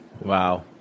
wow